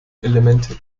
elemente